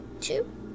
two